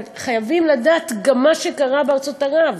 אבל חייבים לדעת גם את מה שקרה בארצות ערב.